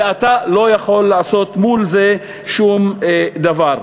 ואתה לא יכול לעשות מול זה שום דבר.